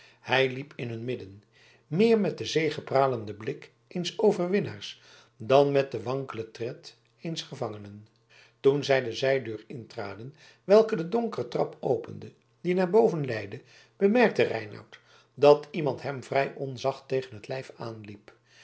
hij liep in hun midden meer met den zegepralenden blik eens overwinnaars dan met den wankelenden tred eens gevangenen toen zij de zijdeur intraden welke de donkere trap opende die naar boven leidde bemerkte reinout dat iemand hem vrij onzacht tegen het lijf aan liep